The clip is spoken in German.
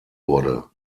wurde